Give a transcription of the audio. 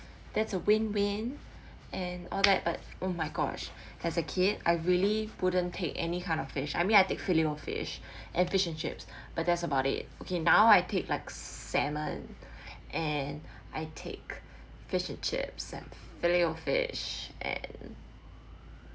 that's a win win and all that but oh my gosh as a kid I really wouldn't take any kind of fish I mean I take filet O fish and fish and chips but that's about it okay now I take like salmon and I take fish and chips and filet O fish and